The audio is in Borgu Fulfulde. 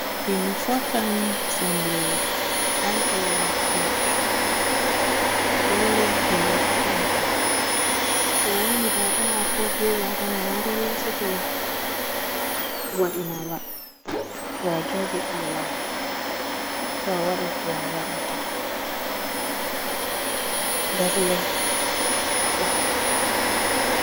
himɓe footan sembre dan ɗo mabbe. Lallay himɓe footan kam. Ko wanni daada maako be baaba nana se lallay se to o waaɗin ma ba. To a joogi Allah ma to a waada ko a waadata lallay a footan.